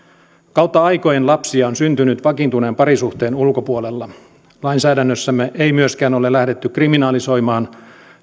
kautta aikojen lapsia on syntynyt vakiintuneen parisuhteen ulkopuolella lainsäädännössämme ei myöskään ole lähdetty kriminalisoimaan